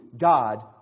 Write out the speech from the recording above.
God